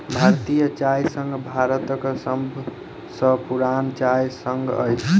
भारतीय चाय संघ भारतक सभ सॅ पुरान चाय संघ अछि